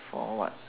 for what